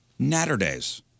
Natterdays